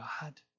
God